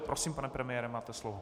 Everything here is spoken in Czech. Prosím, pane premiére, máte slovo.